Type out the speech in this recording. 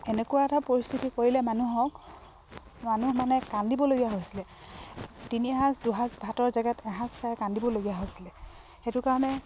এনেকুৱা এটা পৰিস্থিতি কৰিলে মানুহক মানুহ মানে কান্দিবলগীয়া হৈছিলে তিনি সাঁজ দুসাঁজ ভাতৰ জেগাত এসাঁজ চাই কান্দিবলগীয়া হৈছিলে সেইটো কাৰণে